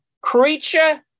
creature